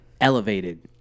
elevated